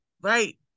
Right